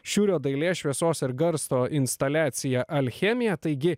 šiūrio dailės šviesos ir garso instaliacija alchemija taigi